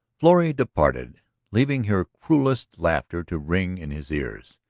florrie departed leaving her cruellest laughter to ring in his ears.